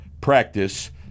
Practice